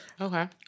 Okay